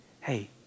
hey